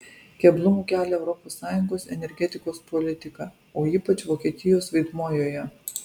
keblumų kelia europos sąjungos energetikos politika o ypač vokietijos vaidmuo joje